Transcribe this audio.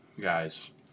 guys